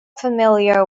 familiar